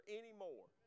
anymore